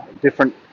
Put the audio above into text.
different